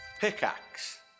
Pickaxe